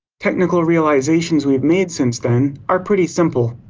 technical realizations we've made since then are pretty simple.